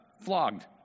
flogged